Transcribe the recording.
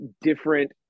different